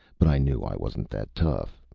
but i knew i wasn't that tough,